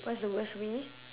what's the worst way